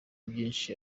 byinshi